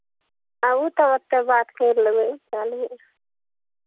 आबू तब ओतय बात करि लेबै